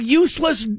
useless